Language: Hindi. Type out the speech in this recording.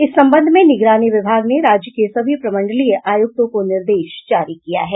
इस संबंध में निगरानी विभाग ने राज्य के सभी प्रमंडलीय आयुक्तों को निर्देश जारी किया है